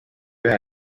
ühel